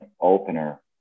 opener